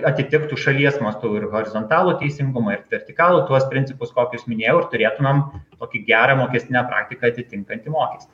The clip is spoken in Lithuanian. atitiktų šalies mastu ir horizontalų teisingumą ir vertikalų tuos principus kokius minėjau ir turėtumėm tokį gerą mokestinę praktiką atitinkantį mokestį